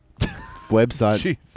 website